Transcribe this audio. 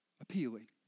appealing